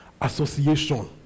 association